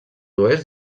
oest